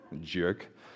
Jerk